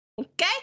Okay